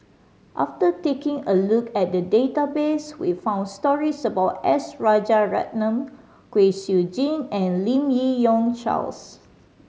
after taking a look at the database we found stories about S Rajaratnam Kwek Siew Jin and Lim Yi Yong Charles